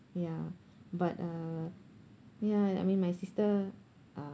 ya but uh ya I mean my sister uh